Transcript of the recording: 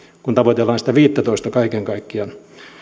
kun tavoitellaan sitä viittätoista kaiken kaikkiaan